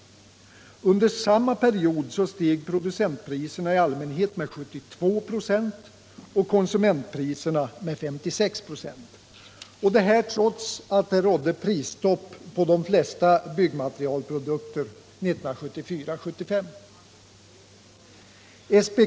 Under samma period steg producentpriserna i allmänhet med 72 26 och konsumentpriserna med 56 96, detta trots att det rådde prisstopp på de flesta byggmaterialprodukter 1974-1975.